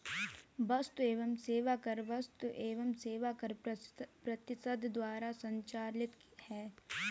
वस्तु एवं सेवा कर वस्तु एवं सेवा कर परिषद द्वारा संचालित है